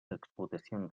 explotacions